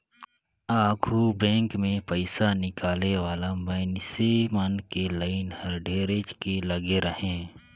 आघु बेंक मे पइसा निकाले वाला मइनसे मन के लाइन हर ढेरेच के लगे रहें